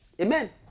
Amen